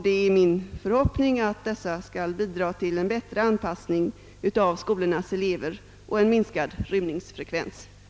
Det är min förhoppning att dessa åtgärder skall bidra till att bättre anpassa eleverna i skolorna och till att minska rymningsfrekvensen.